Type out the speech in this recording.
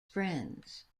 friends